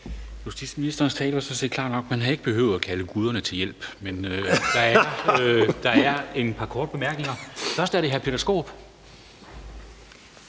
Justitsministerens tale var sådan set klar nok; man havde ikke behøvet at kalde guderne til hjælp. Men der er et par korte bemærkninger. Først er det hr. Peter Skaarup.